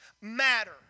matter